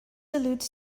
alludes